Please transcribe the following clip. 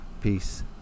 Peace